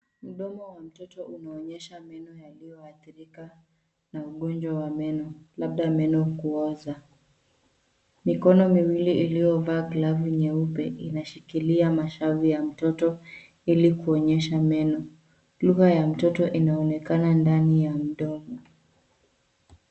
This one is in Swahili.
Mdomo wa mtoto unaonyesha meno yaliyoathirika na ugonjwa wa meno, labda meno kuoza. Mikono miwili iliyovaa glavu nyeupe inashikilia mashavu ya mtoto ilikuonyesha meno. Lugha ya mtoto inaonekana ndani ya mdomo.